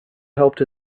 helped